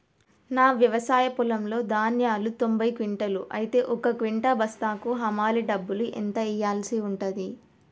నా వ్యవసాయ పొలంలో ధాన్యాలు తొంభై క్వింటాలు అయితే ఒక క్వింటా బస్తాకు హమాలీ డబ్బులు ఎంత ఇయ్యాల్సి ఉంటది?